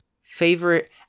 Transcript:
favorite